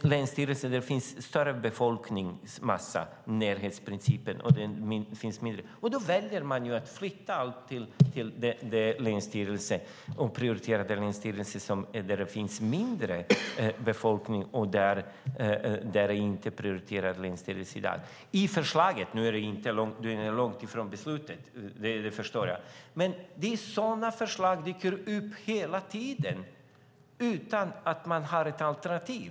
En länsstyrelse där det finns en större befolkningsmassa - närhetsprincipen finns med - väljer man i förslaget att flytta till den prioriterade länsstyrelsen, där det finns en mindre befolkning och där det inte finns en prioriterad länsstyrelse i dag. Nu är det långt ifrån beslutet, det förstår jag, men sådana förslag dyker upp hela tiden utan att man har ett alternativ.